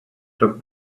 took